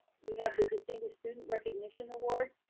we have the distinguished student recognition awards,